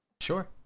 Sure